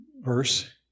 verse